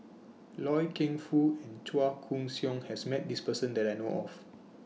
Loy Keng Foo and Chua Koon Siong has Met This Person that I know of